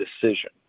decision